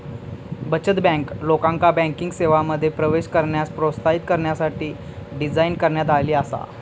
बचत बँक, लोकांका बँकिंग सेवांमध्ये प्रवेश करण्यास प्रोत्साहित करण्यासाठी डिझाइन करण्यात आली आसा